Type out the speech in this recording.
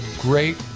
great